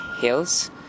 hills